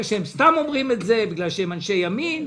שהם סתם אומרים את זה בגלל שהם אנשי ימין.